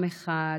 עם אחד,